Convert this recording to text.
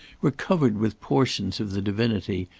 were covered with portions of the divinity,